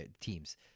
teams